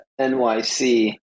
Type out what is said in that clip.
NYC